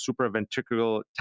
supraventricular